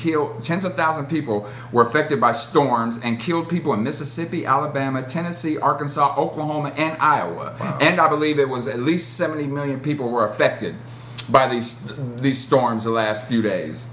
of thousand people were affected by storms and killed people in mississippi alabama tennessee arkansas oklahoma and iowa and i believe it was at least seventy million people were affected by these these storms the last few days